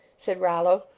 said rollo,